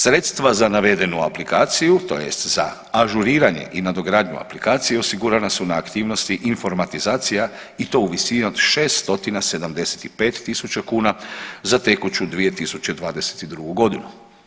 Sredstva za navedenu aplikaciju tj. za ažuriranje i nadogradnju aplikacije osigurana su na aktivnosti informatizacija i to u visini od 675.000 kuna za tekuću 2022. godinu.